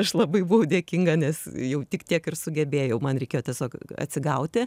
aš labai dėkinga nes jau tik tiek ir sugebėjau man reikėjo tiesiog atsigauti